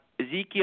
Ezekiel